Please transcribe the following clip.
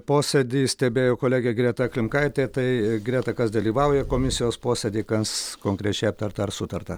posėdį stebėjo kolegė greta klimkaitė tai greta kas dalyvauja komisijos posėdy kas konkrečiai aptarta ar sutarta